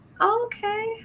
Okay